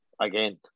again